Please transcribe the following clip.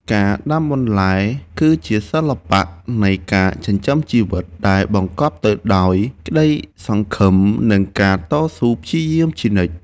ការដាំបន្លែគឺជាសិល្បៈនៃការចិញ្ចឹមជីវិតដែលបង្កប់ទៅដោយក្តីសង្ឃឹម និងការតស៊ូព្យាយាមជានិច្ច។